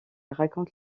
raconte